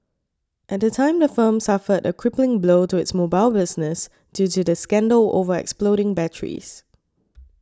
at the time the firm suffered a crippling blow to its mobile business due to the scandal over exploding batteries